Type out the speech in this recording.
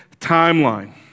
timeline